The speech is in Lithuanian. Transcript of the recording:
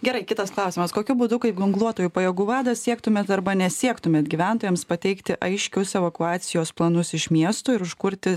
gerai kitas klausimas kokiu būdu kaip ginkluotųjų pajėgų vadas siektumėt arba nesiektumėt gyventojams pateikti aiškius evakuacijos planus iš miesto ir užkurti